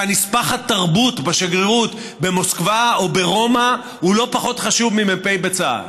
ונספח התרבות בשגרירות במוסקבה או ברומא הוא לא פחות חשוב ממ"פ בצה"ל,